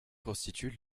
constitue